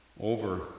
over